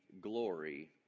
glory